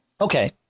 Okay